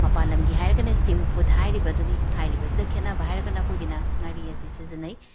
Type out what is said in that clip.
ꯃꯄꯥꯜ ꯂꯝꯒꯤ ꯍꯥꯏꯔꯒꯅ ꯁ꯭ꯇꯤꯝ ꯐꯨꯠ ꯍꯥꯏꯔꯤꯕꯗꯨꯅꯤ ꯍꯥꯏꯔꯤꯕꯁꯤꯗ ꯈꯦꯠꯅꯕ ꯍꯥꯏꯔꯒꯅ ꯑꯩꯈꯣꯏꯒꯤꯅ ꯉꯥꯔꯤ ꯑꯁꯤ ꯁꯤꯖꯤꯟꯅꯩ